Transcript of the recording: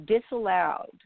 disallowed